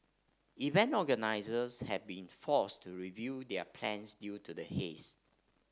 event organisers have been forced to review their plans due to the haze